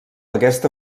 aquesta